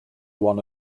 one